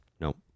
Nope